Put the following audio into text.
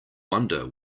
wonder